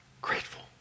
Grateful